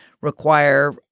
require